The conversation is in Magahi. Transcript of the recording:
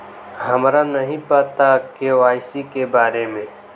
हमरा नहीं पता के.वाई.सी के बारे में?